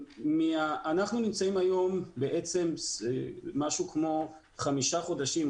אנחנו נמצאים היום משהו כמו חמישה חודשים,